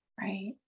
Right